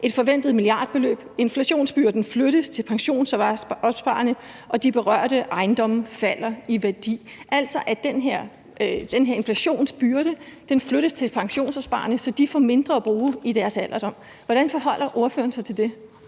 et forventet milliardbeløb; inflationsbyrden flyttes til pensionsopsparerne, og de berørte ejendomme falder i værdi – altså at den her inflationsbyrde flyttes til pensionsopsparerne, så de får mindre at bruge i deres alderdom. Hvordan forholder ordføreren sig til det?